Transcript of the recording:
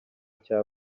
cya